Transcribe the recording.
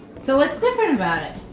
so what's different about it?